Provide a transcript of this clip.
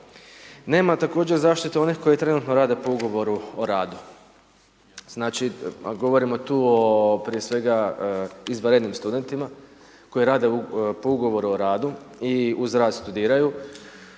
Nema također zaštite onih koji trenutno rade po ugovoru o radu. Znači, govorimo tu o prije svega, izvanrednim studentima, koji rade po ugovoru o radu i uz rad studiraju,